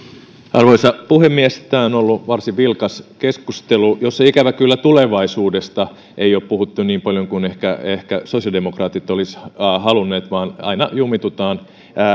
arvoisa puhemies tämä on ollut varsin vilkas keskustelu jossa ikävä kyllä tulevaisuudesta ei ole puhuttu niin paljon kuin ehkä ehkä sosiaalidemokraatit olisivat halunneet vaan aina jumiudutaan